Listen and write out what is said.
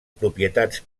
propietats